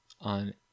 on